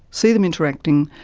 see them interacting,